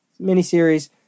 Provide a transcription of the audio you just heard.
Miniseries